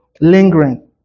lingering